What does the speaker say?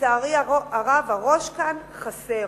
לצערי הרב, הראש כאן חסר.